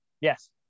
Yes